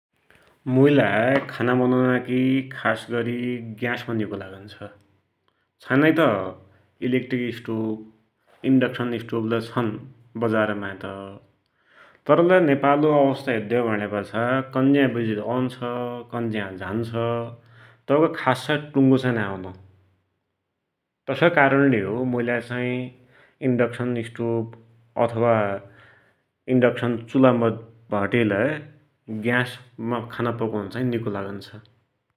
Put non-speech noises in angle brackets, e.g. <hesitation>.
मुइलाइ <noise> खाना बनुनाकी खासगरि ग्यासमा निको लागुन्छ, छानाकी त इलेक्ट्रिक स्टोव, इण्डक्सन स्टोवलै छन् बजारमाइ त, तरलै नेपालको अवस्था हेर्द्द्यौ भुण्यापाछा कन्जेई बिजुली औन्छ, कन्ज्या झान्छ तैको खासै टुंगो नाइँ हुनो। तसै कारणले हो मुइलाइ इण्डक्सन स्टोव, इण्डक्सन चुला <hesitation> है लै ग्यासमा खाना पकुन निको लागुन्छ।